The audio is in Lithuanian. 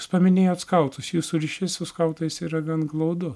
jūs paminėjot skautus jūsų ryšys su skautais yra gan glaudu